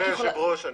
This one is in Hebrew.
גברתי היושבת-ראש,